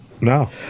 No